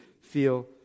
feel